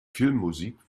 filmmusik